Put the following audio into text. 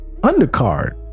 undercard